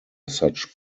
such